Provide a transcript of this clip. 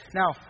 now